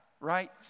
right